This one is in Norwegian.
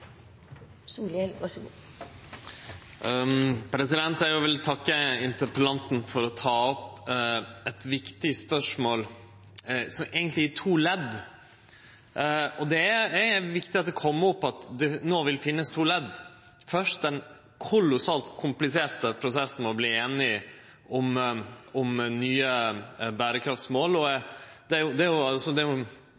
vil òg takke interpellanten for å ha teke opp eit viktig spørsmål som eigentleg er i to delar. Det er viktig at det kjem opp at det no finst to delar – først den kolossalt kompliserte prosessen med å verte einige om nye berekraftmål. Det er